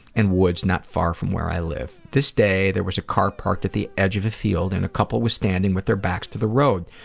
and woods not far from where i lived. this day there was a car parked at the edge of the field and a couple was standing with their backs to the road.